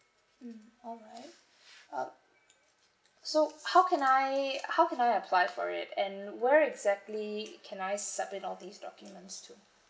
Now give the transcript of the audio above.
mm alright uh so how can I how can I apply for it and where exactly can I submit all these documents to